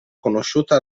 conosciuta